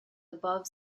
above